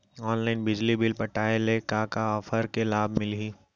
Online बिजली bill पटाय ले का का ऑफ़र के लाभ मिलही?